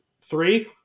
three